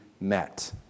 met